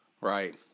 Right